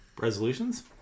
Resolutions